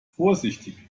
vorsichtig